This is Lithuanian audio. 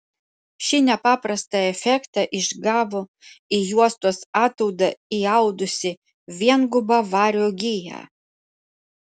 šį nepaprastą efektą išgavo į juostos ataudą įaudusi viengubą vario giją